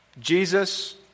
Jesus